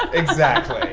exactly.